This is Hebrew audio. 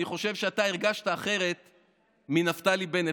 אני חושב שאתה הרגשת אחרת מנפתלי בנט,